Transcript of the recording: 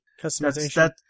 Customization